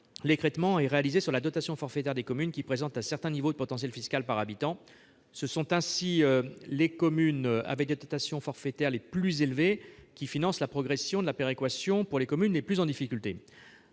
l'écrêtement est réalisé sur la dotation forfaitaire des communes qui présentent un certain niveau de potentiel fiscal par habitant. Ce sont ainsi les communes dont les dotations forfaitaires sont les plus élevées qui financent la progression de la péréquation pour les communes les plus en difficulté.